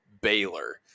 Baylor